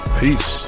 peace